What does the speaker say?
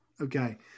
Okay